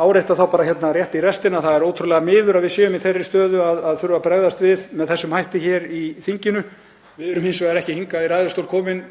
árétta þá hérna rétt í restina að það er ótrúlega miður að við séum í þeirri stöðu að þurfa að bregðast við með þessum hætti hér í þinginu. Við erum hins vegar ekki í ræðustól komin